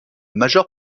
majeure